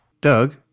Doug